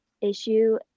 issue